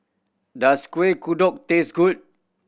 does Kueh Kodok taste good